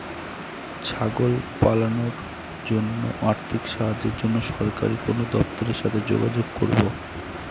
ছাগল পালনের জন্য আর্থিক সাহায্যের জন্য সরকারি কোন দপ্তরের সাথে যোগাযোগ করব?